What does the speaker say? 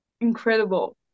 incredible